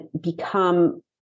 become